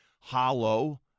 hollow